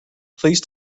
please